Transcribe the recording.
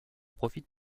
profite